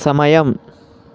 సమయం